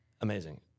amazing